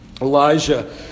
Elijah